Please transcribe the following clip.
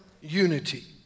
unity